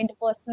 interpersonal